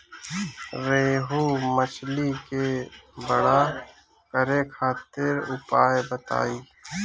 रोहु मछली के बड़ा करे खातिर उपाय बताईं?